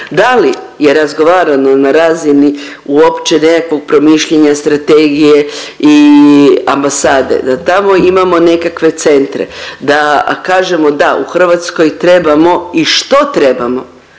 Da li je razgovarano na razini uopće nekakvog promišljanja strategije i ambasade da tamo imamo nekakve centre. Da, kažemo da u Hrvatskoj trebamo i što trebamo.